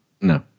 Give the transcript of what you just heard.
No